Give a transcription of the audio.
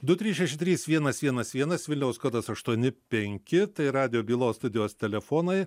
du trys šeši trys vienas vienas vienas vilniaus kodas aštuoni penki tai radijo bylos studijos telefonai